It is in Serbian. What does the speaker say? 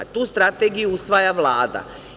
Tu strategiju usvaja Vlada.